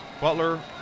Butler